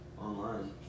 online